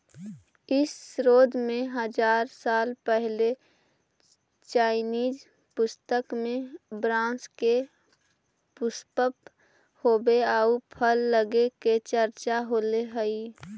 इस शोध में हजार साल पहिले चाइनीज पुस्तक में बाँस के पुष्पित होवे आउ फल लगे के चर्चा होले हइ